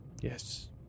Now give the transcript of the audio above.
Yes